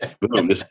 boom